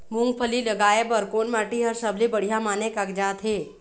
मूंगफली लगाय बर कोन माटी हर सबले बढ़िया माने कागजात हे?